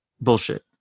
bullshit